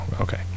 Okay